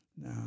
Now